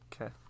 okay